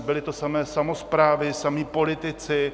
Byly to samé samosprávy, samí politici.